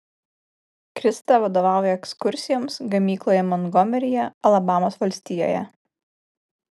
krista vadovauja ekskursijoms gamykloje montgomeryje alabamos valstijoje